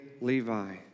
Levi